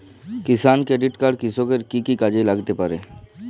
কিষান credit card কৃষকের কি কি কাজে লাগতে পারে?